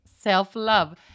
self-love